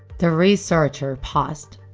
the researcher paused.